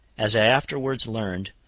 as i afterwards learned,